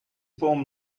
form